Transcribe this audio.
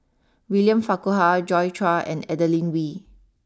William Farquhar Joi Chua and Adeline Ooi